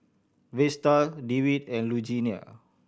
Vesta Dewitt and Lugenia